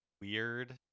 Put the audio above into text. weird